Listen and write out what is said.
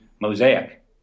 Mosaic